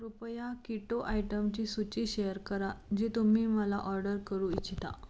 कृपया कीटो आयटमची सूची शेअर करा जी तुम्ही मला ऑर्डर करू इच्छिता